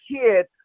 kid